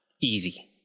Easy